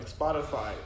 spotify